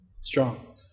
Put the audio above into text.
strong